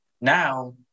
now